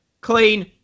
clean